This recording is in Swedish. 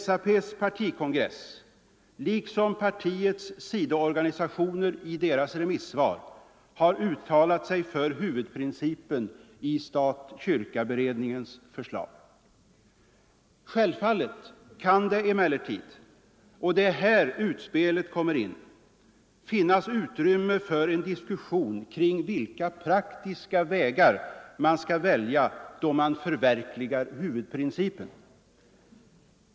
SAP:s partikongress, liksom partiets sidoorganisationer i deras remissvar, har uttalat sig för huvudprincipen i stat-kyrka-beredningens förslag. Självfallet kan det emellertid — och det är här ”utspelet” kommer in — finnas utrymme för en diskussion kring vilka praktiska vägar man skall välja då man förverkligar huvudprincipen.